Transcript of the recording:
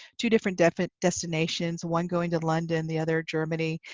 two different different destinations, one going to london, the other, germany.